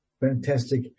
Fantastic